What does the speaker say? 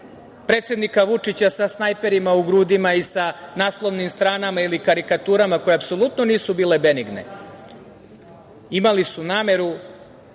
predsednika Vučića sa snajperima u grudima i sa naslovnim stranama ili karikaturama koje apsolutno nisu bile benigne, imali su nameru